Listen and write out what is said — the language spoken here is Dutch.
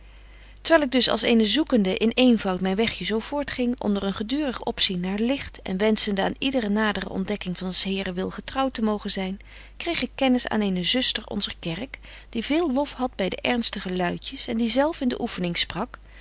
terwyl ik dus als eene zoekende in eenvoud myn wegje zo voort ging onder een gedurig opzien naar licht en wenschende aan ydere nadere ontdekking van s heren wil getrouw te mogen zyn kreeg ik kennis aan eene zuster onzer kerk die veel lof hadt by de ernstige luidjes en die zelf in de oeffening sprak